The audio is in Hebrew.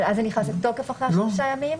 אבל אז זה נכנס לתוקף אחרי השלושה ימים?